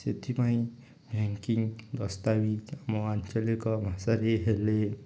ସେଥିପାଇଁ ବ୍ୟାଙ୍କିଂ ଦସ୍ତାବିଜ ଆମ ଆଞ୍ଚଳିକ ଭାଷାରେ ହେଲେ